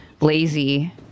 lazy